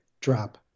drop